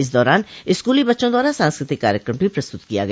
इस दौरान स्कूली बच्चों द्वारा सांस्कृतिक कार्यक्रम भी प्रस्तुत किया गया